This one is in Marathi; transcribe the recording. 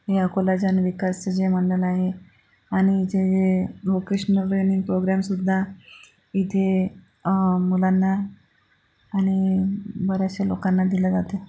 हे अकोला जन विकासचं जे मंडळ आहे आणि जे व्होकेशनल ट्रेनिंग प्रोग्रॅमसुद्धा इथे मुलांना आणि बऱ्याचश्या लोकांना दिल्या जाते